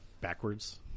backwards